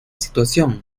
situación